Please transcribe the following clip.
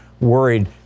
worried